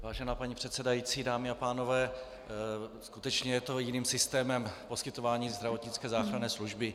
Vážená paní předsedající, dámy a pánové, skutečně je to jiným systémem poskytování zdravotnické záchranné služby.